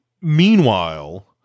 meanwhile